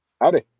howdy